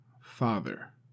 father